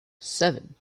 seven